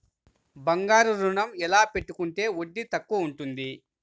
బంగారు ఋణం ఎలా పెట్టుకుంటే వడ్డీ తక్కువ ఉంటుంది?